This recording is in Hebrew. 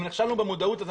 יש מודעות.